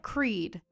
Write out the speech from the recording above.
Creed